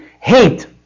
hate